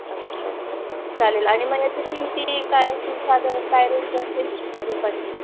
अच्छा अच्छा चालेल आणि मग याची किमती काय असेल साधारण काय रेंज असेल रोपांची